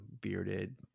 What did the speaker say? bearded